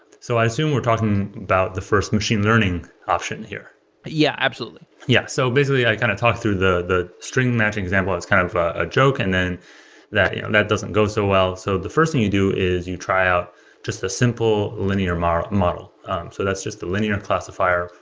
so i assume we're talking about the first machine learning option here yeah, absolutely yeah. so basically i kind of talk through the the string matching example as kind of a joke, and then that yeah that doesn't go so well. so the first thing you do is you try out just a simple linear model. that's um so that's just the linear classifier.